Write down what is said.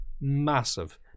Massive